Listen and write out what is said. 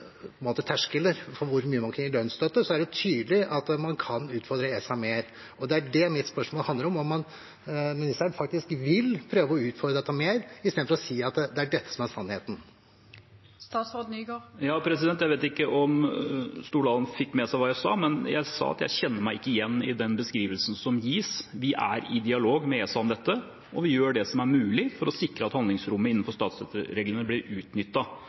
for hvor mye man kunne gi i lønnsstøtte, er det tydelig at man kan utfordre ESA mer. Det er det mitt spørsmål handler om, om ministeren faktisk vil prøve å utfordre dette mer, istedenfor å si at det er dette som er sannheten. Jeg vet ikke om Stordalen fikk med seg hva jeg sa, men jeg sa at jeg kjenner meg ikke igjen i den beskrivelsen som gis. Vi er i dialog med ESA om dette, og vi gjør det som er mulig for å sikre at handlingsrommet innenfor statsstøttereglene blir